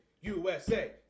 USA